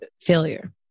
failure